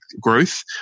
growth